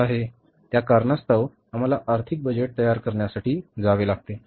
त्या कारणास्तव आम्हाला आर्थिक बजेट तयार करण्यासाठी जावे लागेल